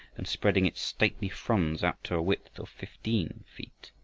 and spreading its stately fronds out to a width of fifteen feet.